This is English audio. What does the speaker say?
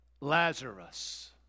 Lazarus